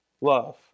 love